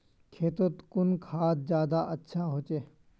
खेतोत कुन खाद ज्यादा अच्छा होचे?